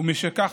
ומשכך,